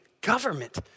government